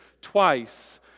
twice